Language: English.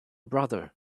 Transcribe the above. brother